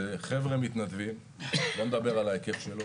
אלה חבר'ה מתנדבים לא נדבר על ההיקף שלו